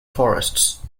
forests